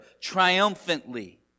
triumphantly